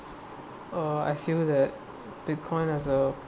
uh I feel that bitcoin has a